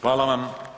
Hvala vam.